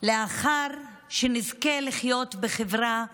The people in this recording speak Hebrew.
לאחר שנזכה לחיות בחברה שוויונית,